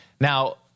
Now